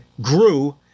grew